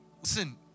Listen